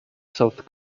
south